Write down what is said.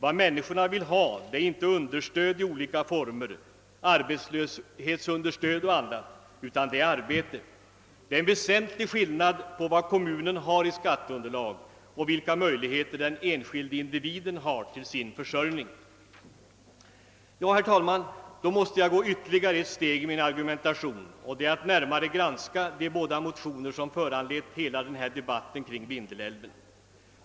Vad människorna vill ha är inte understöd i olika former, arbetslöshetsunderstöd och annat, utan det är arbete. Det är en väsentlig skillnad på vad kommunen har i skatteunderlag och vilka möjligheter den enskilde individen har till sin försörjning. Herr talman! Jag nödgas gå ytterligare ett steg i min argumentation, nämligen till en granskning av de båda motioner som föranlett hela debatten kring Vindelälven.